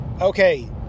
Okay